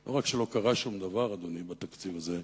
לא רק שלא קרה שום דבר, אדוני, בתקציב הזה,